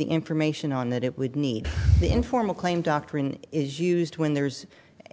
the information on that it would need the informal claim doctrine is used when there's